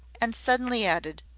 and suddenly added,